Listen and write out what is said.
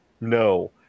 no